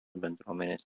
bendruomenės